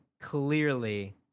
clearly